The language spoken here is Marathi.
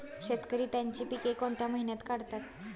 शेतकरी त्यांची पीके कोणत्या महिन्यात काढतात?